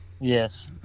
yes